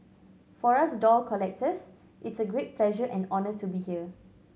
for us doll collectors it's a great pleasure and honour to be here